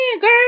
girl